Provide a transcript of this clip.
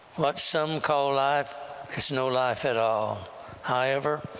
what some call life is no life at all however,